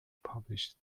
publish